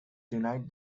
denied